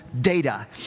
data